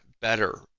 better